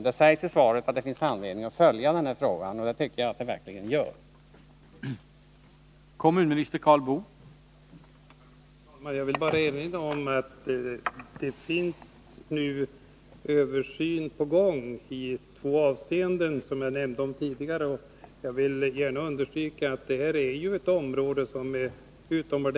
Det sägs i svaret att det finns anledning att följa den här frågan, och det tycker jag verkligen att det gör.